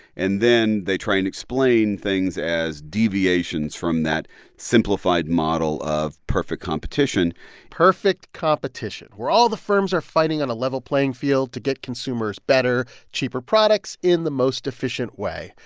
and then they try and explain things as deviations from that simplified model of perfect competition perfect competition where all the firms are fighting on a level playing field to get consumers better, cheaper products in the most efficient way.